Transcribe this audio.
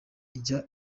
ijya